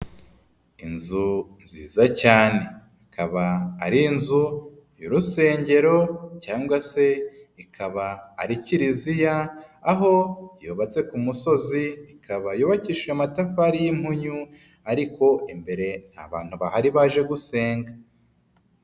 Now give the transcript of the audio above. Inzu nziza cyane ikaba ari inzu y'urusengero cyangwa se ikaba ari kiliziya, aho yubatse ku musozi ikaba yubakishije amatafari y'impunyu, ariko imbere nta bantu bahari baje gusenga.